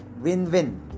win-win